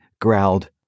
growled